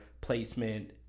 placement